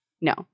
No